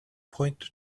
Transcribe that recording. point